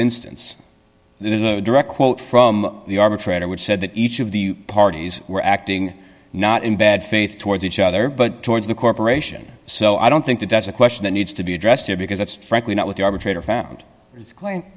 instance there's a direct quote from the arbitrator which said that each of the parties were acting not in bad faith towards each other but towards the corporation so i don't think that that's a question that needs to be addressed here because that's frankly not what the arbitrator found his cl